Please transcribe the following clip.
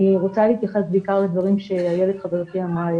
אני רוצה להתייחס בעיקר לדברים שאיילת רוזין חברתי אמרה.